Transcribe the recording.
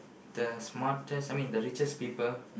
the smartest I mean the richest people